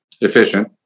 efficient